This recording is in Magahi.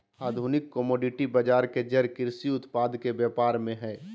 आधुनिक कमोडिटी बजार के जड़ कृषि उत्पाद के व्यापार में हइ